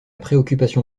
préoccupation